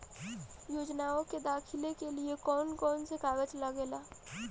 योजनाओ के दाखिले के लिए कौउन कौउन सा कागज लगेला?